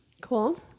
Cool